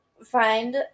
find